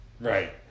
Right